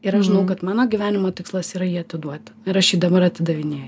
ir aš žinau kad mano gyvenimo tikslas yra jį atiduoti ir aš jį dabar atidavinėju